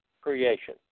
creation